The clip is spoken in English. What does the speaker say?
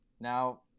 Now